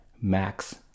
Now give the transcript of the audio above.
max